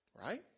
Right